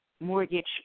mortgage